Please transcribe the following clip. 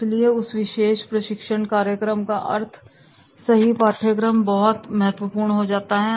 इसलिए उस विशेष प्रशिक्षण कार्यक्रम का अर्थ और सही पाठ्यक्रम बहुत महत्वपूर्ण हो जाता है